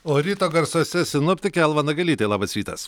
o ryto garsuose sinoptikė alva nagelytė labas rytas